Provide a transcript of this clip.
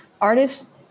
artists